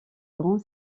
grand